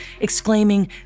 exclaiming